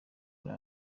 muri